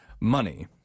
money